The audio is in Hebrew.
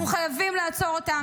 אנחנו חייבים לעצור אותם.